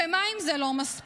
ומה אם זה לא מספיק?